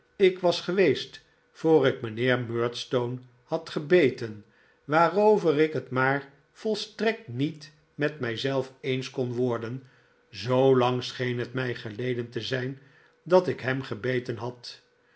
ik was geweest voor ik mijnheer murdstone had gebeten waarover ik het maar volstrekt niet met mij zelf eeris kon worden zoolang scheen het mij geleden te zijn dat ik hem gebeten had